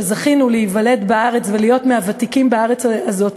שזכינו להיוולד בארץ ולהיות מהוותיקים בארץ הזאת,